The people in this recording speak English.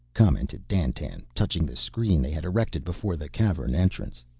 commented dandtan, touching the screen they had erected before the cavern entrance.